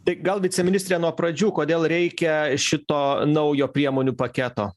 tai gal viceministre nuo pradžių kodėl reikia šito naujo priemonių paketo